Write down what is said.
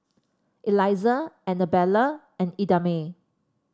Elizah Annabella and Idamae